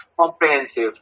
comprehensive